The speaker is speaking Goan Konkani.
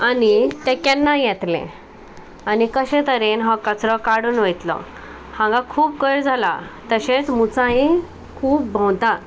आनी तें केन्नाय येतलें आनी कशें तरेन हो कचरो काडून वयतलो हांगा खूब कोयर जाला तशेंच मुसायी खूब भोंवतात